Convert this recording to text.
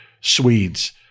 Swedes